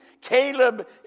Caleb